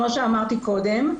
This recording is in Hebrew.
כמו שאמרתי קודם,